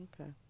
Okay